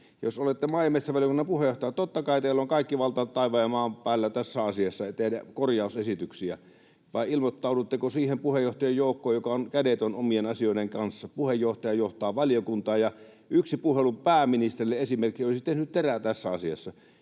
Jos olette maa- ja metsävaliokunnan puheenjohtaja, niin totta kai teillä on kaikki valta taivaan ja maan päällä tässä asiassa tehdä korjausesityksiä. Vai ilmoittaudutteko siihen puheenjohtajien joukkoon, joka on kädetön omien asioiden kanssa? Puheenjohtaja johtaa valiokuntaa, ja yksi puhelu pääministerille esimerkiksi olisi tehnyt terää tässä asiassa.